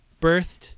birthed